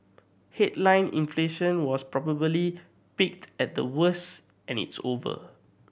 headline inflation was probably peaked and the worst and it's over